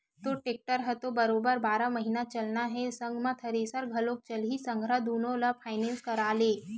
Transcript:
तोर टेक्टर ह तो बरोबर बारह महिना चलना हे संग म थेरेसर घलोक चलही संघरा दुनो ल फायनेंस करा ले